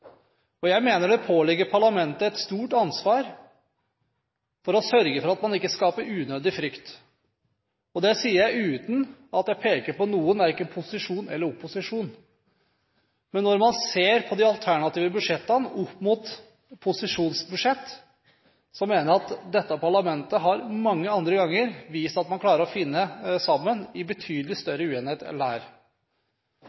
rotete. Jeg mener det påligger parlamentet et stort ansvar for å sørge for at man ikke skaper unødig frykt. Det sier jeg uten at jeg peker på noen, verken på posisjon eller opposisjon. Men når man ser på de alternative budsjettene opp mot posisjonsbudsjettet, mener jeg at dette parlamentet mange andre ganger har vist at man klarer å finne sammen, selv med betydelig